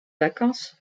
vacances